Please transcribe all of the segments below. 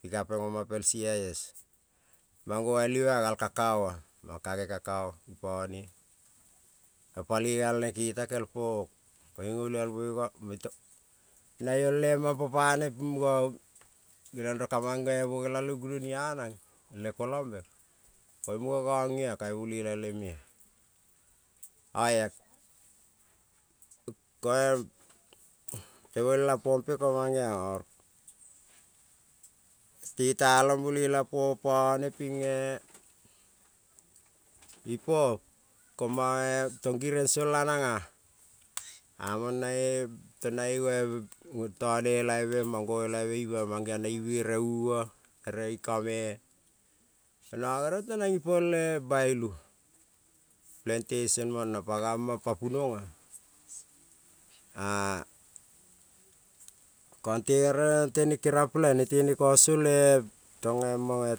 Pi kapen oma pel c. I. S mang noal i ma gal kakao. gone kakao i pone paloi galnen keta ipone o koin olialmoi yo naio mapo panen pinen genion rong kanan bonela, le gunori a nan le koiombe koing muno nonio kai bolela le me. O to bolela pompe komange ona te talong bolela po pone pine tong ipo ko giren, song la nana among tone elabe noelabe ino mangeon buere uo ere ikome nono gerel tenan ipo el bailu plantation mono pa gamon pa punuona a, konte kere tene kere koion pelen nete koson le mone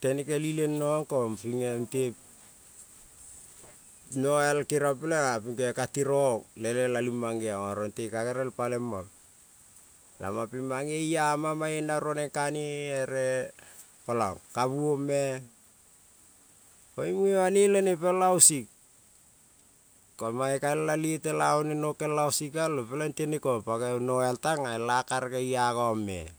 tene el isen no-on kon ko noal peleng ping katiro on le le labu leia ling mangeon, oro te ka gerel paie moi nakamon ia ma naruonen kane e kolong kabu on me koin mune bane pe ausik. Ko mane ka lela lete lamon ne noke ausik galong peleng tenekon pagerel pagerel noal tana pa ela kareg ianome.